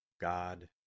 God